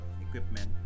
equipment